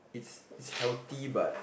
it's it's healthy but